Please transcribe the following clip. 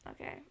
okay